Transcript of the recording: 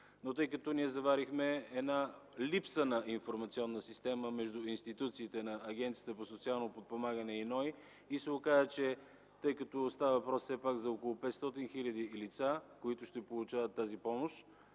Но тъй като заварихме една липса на информационна система между институциите на Агенцията за социално подпомагане и НОИ и се оказа, че става въпрос все пак за около 500 хиляди лица, които ще получават тази помощ